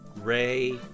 ray